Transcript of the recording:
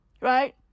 Right